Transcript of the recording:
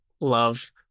love